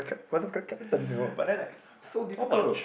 water polo captain you know but then like so difficult